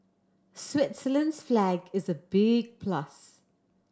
Switzerland's flag is a big plus